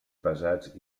pesats